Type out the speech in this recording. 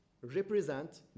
represent